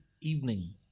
evening